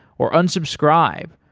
or unsubscribe,